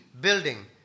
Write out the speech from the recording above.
building